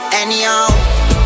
anyhow